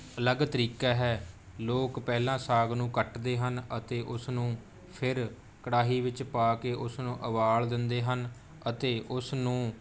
ਅਲੱਗ ਤਰੀਕਾ ਹੈ ਲੋਕ ਪਹਿਲਾਂ ਸਾਗ ਨੂੰ ਕੱਟਦੇ ਹਨ ਅਤੇ ਉਸ ਨੂੰ ਫਿਰ ਕੜਾਹੀ ਵਿੱਚ ਪਾ ਕੇ ਉਸ ਨੂੰ ਉਬਾਲ ਦਿੰਦੇ ਹਨ ਅਤੇ ਉਸ ਨੂੰ